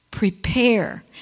Prepare